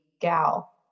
gal